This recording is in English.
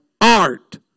art